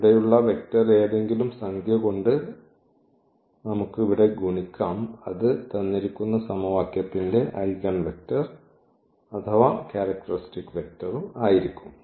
ഇവിടെയുള്ള വെക്റ്റർ ഏതെങ്കിലും സംഖ്യ കൊണ്ട് നമുക്ക് ഇവിടെ ഗുണിക്കാം അത് തന്നിരിക്കുന്ന സമവാക്യത്തിന്റെ ഐഗൺവെക്റ്റർ അഥവാ ക്യാരക്ടറിസ്റ്റിക് വെക്റ്റർ ആയിരിക്കും